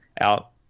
out